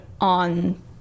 on